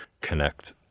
connect